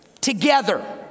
together